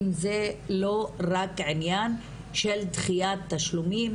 אם זה לא רק עניין של דחיית תשלומים,